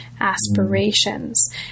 aspirations